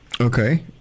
Okay